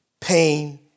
pain